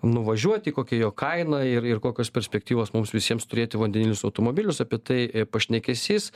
nuvažiuoti kokia jo kaina ir ir kokios perspektyvos mums visiems turėti vandenilinius automobilius apie tai pašnekesys